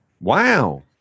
Wow